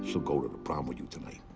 so go to the prom with you tonight.